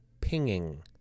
pinging